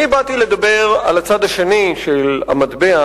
אני באתי לדבר על הצד השני של המטבע,